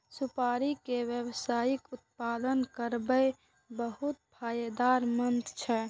सुपारी के व्यावसायिक उत्पादन करब बहुत फायदेमंद छै